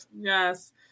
Yes